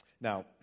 Now